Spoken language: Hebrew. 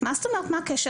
מה זאת אומרת מה הקשר?